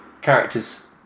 characters